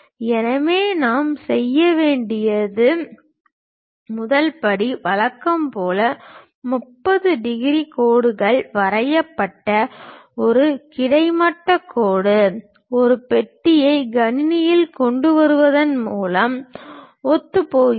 எனவே நாம் செய்ய வேண்டியது முதல் படி வழக்கம் போல் 30 டிகிரி கோடுகள் வரையப்பட்ட ஒரு கிடைமட்ட கோடு இந்த பெட்டியை கணினியில் கொண்டு வருவதன் மூலம் ஒத்துப்போகிறது